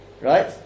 right